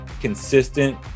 consistent